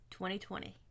2020